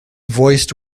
voiced